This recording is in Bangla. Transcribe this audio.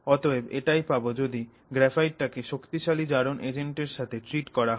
অতএব এটাই পাবো যদি গ্রাফাইটটাকে শক্তিশালী জারণ এজেন্টের সাথে ট্রিট করা হয়